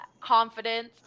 confidence